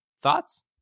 Thoughts